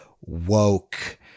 woke